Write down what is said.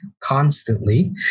constantly